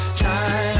try